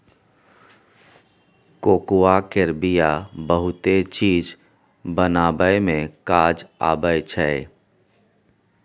cocoa केर बिया बहुते चीज बनाबइ मे काज आबइ छै